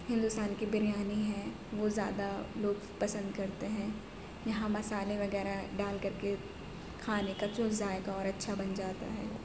ہندوستان کی بریانی ہے وہ زیادہ لوگ پسند کرتے ہیں یہاں مسالے وغیرہ ڈال کر کے کھانے کا جو ذائقہ اور اچھا بن جاتا ہے